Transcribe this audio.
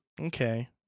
Okay